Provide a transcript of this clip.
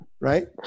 Right